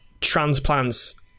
transplants